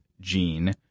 gene